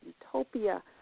Utopia